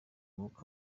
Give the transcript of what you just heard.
umwuka